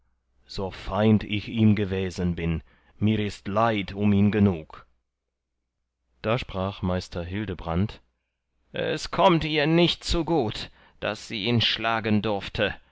so feind ich ihm gewesen bin mir ist leid um ihn genug da sprach meister hildebrand es kommt ihr nicht zu gut daß sie ihn schlagen durfte